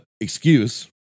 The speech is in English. excuse